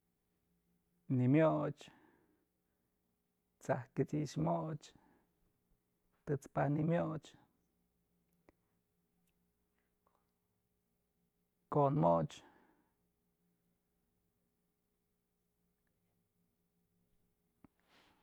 Ni'imyoch, t'saj këchix moxh, tet's pajk ni'imyoch, kon moch.